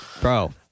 Bro